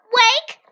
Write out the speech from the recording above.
wake